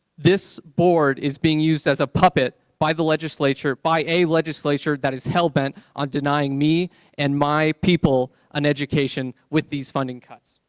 this board is being used as a puppet by the legislation, by a legislature that is hell-bent on denying me and my people and education with these funding cuts.